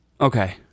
Okay